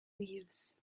leaves